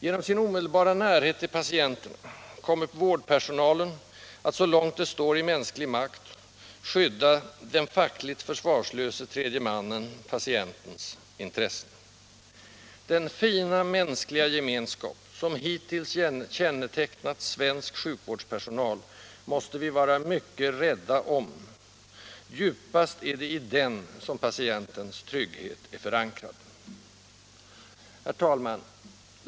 Genom sin omedelbara närhet till patienterna kommer vårdpersonalen att så långt det står i mänsklig makt skydda den fackligt försvarslöse tredje mannens — patientens — intressen. Den fina mänskliga gemenskap som hittills kännetecknat svensk sjukvårdspersonal måste vi vara mycket rädda om. Djupast är det i den som patientens trygghet är förankrad. Herr talman!